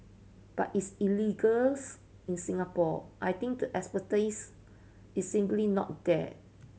but it's in Singapore I think the expertise is simply not there